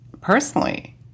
personally